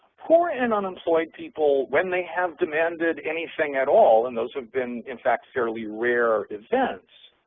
poor and unemployed people, when they have demanded anything at all, and those have been, in fact, fairly rare events,